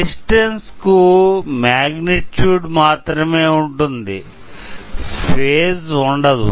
resistance కు magnitude మాత్రమే ఉంటుంది ఫేజ్ ఉండదు